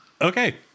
Okay